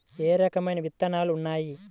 ఏ రకమైన విత్తనాలు ఉన్నాయి?